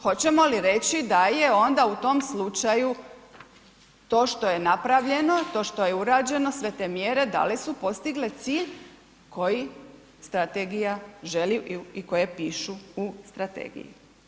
Hoćemo li reći da je onda u tom slučaju to što je napravljeno, to što je urađeno, sve te mjere da li su postigle cilj koji strategija želi i koje pišu u strategiji.